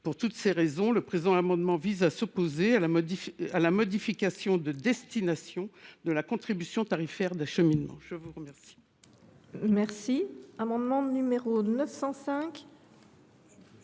Pour toutes ces raisons, le présent amendement vise à s’opposer à la modification de destination de la contribution tarifaire d’acheminement. L’amendement n° 905,